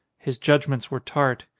his judgments were tart.